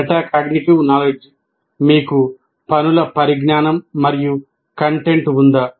metacognitive knowledge మీకు పనుల పరిజ్ఞానం మరియు కంటెంట్ ఉందా